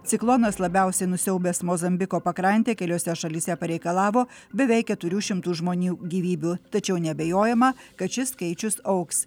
ciklonas labiausiai nusiaubęs mozambiko pakrantę keliose šalyse pareikalavo beveik keturių šimtų žmonių gyvybių tačiau neabejojama kad šis skaičius augs